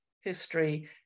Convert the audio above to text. history